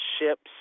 ships